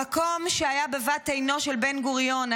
המקום שהיה בבת עינו של בן-גוריון,